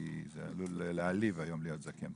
כי זה עלול להעליב היום להיות זקן.